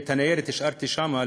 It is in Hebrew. את הניירת השארתי שם,